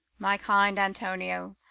my kind antonio,